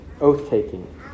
oath-taking